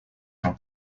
from